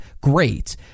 Great